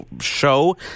show